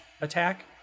attack